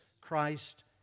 Christ